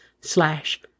slash